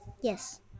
Yes